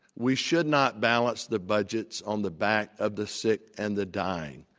we should not balance the budget on the back of the sick and the dying.